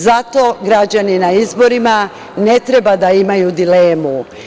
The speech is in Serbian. Zato građani na izborima ne treba da imaju dilemu.